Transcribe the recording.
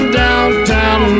downtown